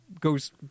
goes